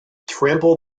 trample